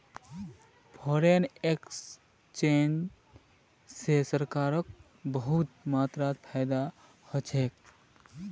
foreign exchange स सरकारक बहुत मात्रात फायदा ह छेक